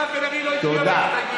מירב בן ארי לא הצביעה בהסתייגויות.